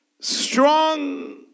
strong